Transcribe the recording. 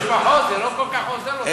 זה לא כל כך עוזר לו,